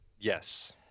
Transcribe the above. Yes